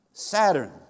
Saturn